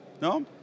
No